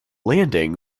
landing